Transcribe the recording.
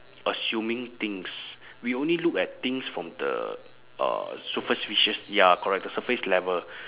assuming things we only look at things from the uh superficial ya correct the surface level